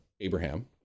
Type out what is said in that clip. Abraham